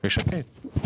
יש עתיד.